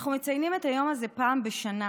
אנחנו מציינים את היום הזה פעם בשנה,